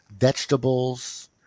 vegetables